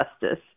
justice